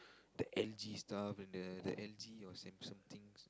the L_G stuff and the the L_G or Samsung things